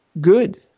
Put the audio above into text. Good